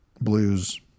blues